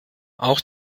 auch